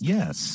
Yes